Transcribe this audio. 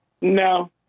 No